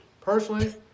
Personally